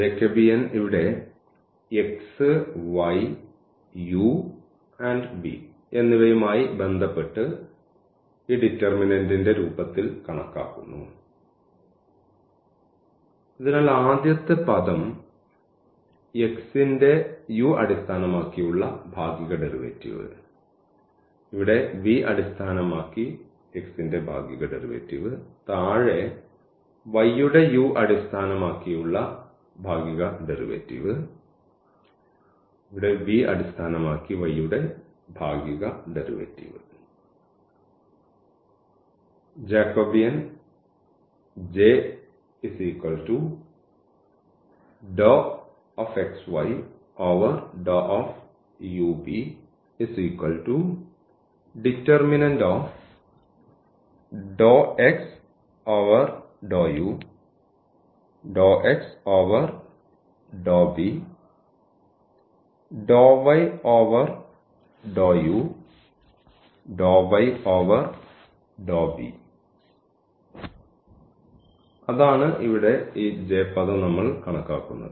Jacobian ഇവിടെ x y u v എന്നിവയുമായി ബന്ധപ്പെട്ട് ഈ ഡിറ്റർമിനന്റിന്റെ രൂപത്തിൽ കണക്കാക്കുന്നു അതിനാൽ ആദ്യത്തെ പദം x ന്റെ u അടിസ്ഥാനമാക്കിയുള്ള ഭാഗിക ഡെറിവേറ്റീവ് ഇവിടെ v അടിസ്ഥാനമാക്കി x ന്റെ ഭാഗിക ഡെറിവേറ്റീവ് താഴെ y യുടെ u അടിസ്ഥാനമാക്കിയുള്ള ഭാഗിക ഡെറിവേറ്റീവ് ഇവിടെ v അടിസ്ഥാനമാക്കി y യുടെ ഭാഗിക ഡെറിവേറ്റീവ് അതാണ് ഇവിടെ ഈ പദം നമ്മൾ കണക്കാക്കുന്നത്